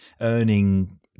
earning